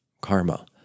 karma